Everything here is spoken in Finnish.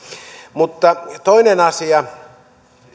mutta toinen asia